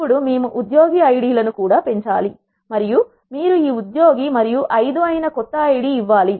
ఇప్పుడు మేము ఉద్యోగి ఐడీలనుకూడా పెంచాలి మరియు మీరు ఈ ఉద్యోగి మరియు ఐదు అయిన కొత్త ఐడి ఇవ్వాలి